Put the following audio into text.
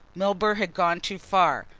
milburgh had gone too far.